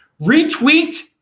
retweet